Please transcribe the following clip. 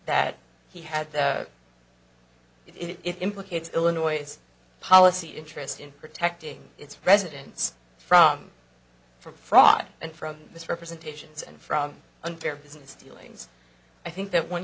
that he had it implicates illinois policy interest in protecting its residents from from fraud and from misrepresentations and from unfair business dealings i think that one